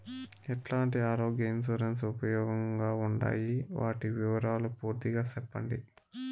ఎట్లాంటి ఆరోగ్య ఇన్సూరెన్సు ఉపయోగం గా ఉండాయి వాటి వివరాలు పూర్తిగా సెప్పండి?